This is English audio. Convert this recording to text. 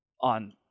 on